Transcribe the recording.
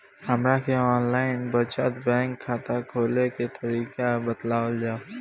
हमरा के online बचत बैंक खाता खोले के तरीका बतावल जाव?